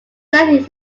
night